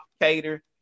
cater